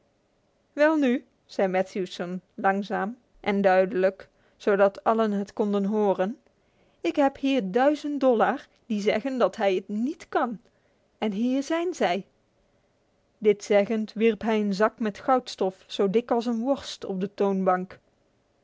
welnu zei matthewson langzaam en duidelijk zodat allen het konden horen ik heb hier duizend dollar die zeggen dat hij het niet kan en hier zijn zij dit zeggend wierp hij een zak met goudstof zo dik als een worst op de toonbank